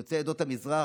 הם יוצאי עדות המזרח,